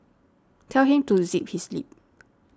tell him to zip his lip